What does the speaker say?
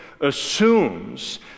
assumes